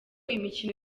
imikino